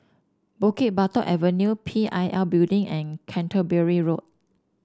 Bukit Batok Avenue P I L Building and Canterbury Road